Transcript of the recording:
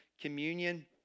communion